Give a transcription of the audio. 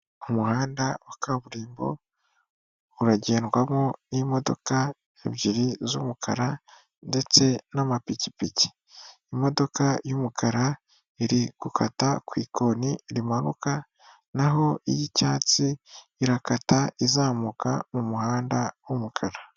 Umuhanda wa kaburimbo uragendwamo n'imodoka ebyiri z'umukara ndetse n'amapikipiki. Imodoka y'umukara iri gukata ku Ikoni rimanuka naho y'icyatsi irakata izamuka mu umuhanda w'umukara.